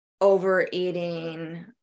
overeating